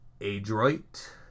Adroit